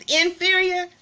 Inferior